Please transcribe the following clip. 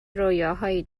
رویاهایی